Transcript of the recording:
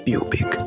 Pubic